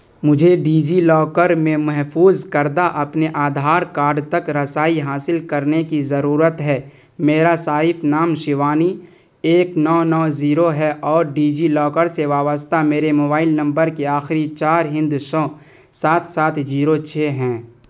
مجھے DigiLocker میں محفوظ کردہ اپنے آدھار کاڈ تک رسائی حاصل کرنے کی ضرورت ہے میرا صارف نام شیوانی ایک نو نو زیرو ہے اور ڈیجی لاکر سے وابستہ میرے موبائل نمبر کے آخری چار ہندسوں سات سات زیرو چھ ہیں